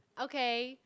okay